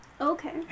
Okay